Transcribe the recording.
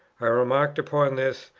i remarked upon this,